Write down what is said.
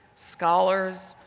scholars,